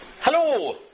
Hello